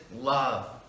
love